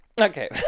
okay